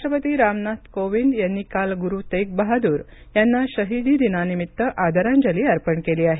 राष्ट्रपती रामनाथ कोविंद यांनी काल गुरु तेग बहादूर यांना शहीदी दिनानिमित्त आदरांजली अर्पण केली आहे